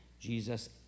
Jesus